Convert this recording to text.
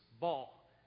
ball